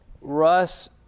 Russ